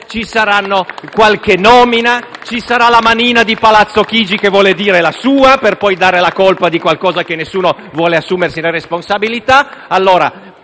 magari su qualche nomina, sulla "manina" di Palazzo Chigi che vuol dire la sua per poi dare la colpa di qualcosa di cui nessuno vuole assumersi la responsabilità.